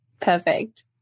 Perfect